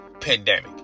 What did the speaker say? pandemic